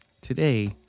Today